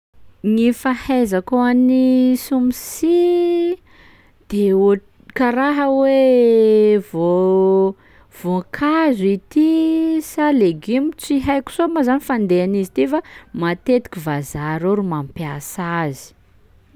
Gny fahaizako an'ny smoothie de oha- karaha hoe voa- voankazo ity sa legioma, tsy haiko saiko soa ma zany fandehan'izy ty fa matetiky vazaha reo ro mampiasa azy.